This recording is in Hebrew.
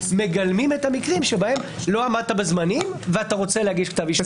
מגלמים את המקרים שבהם לא עמדת בזמנים ואתה רוצה להגיש כתב אישום.